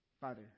Father